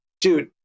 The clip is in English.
dude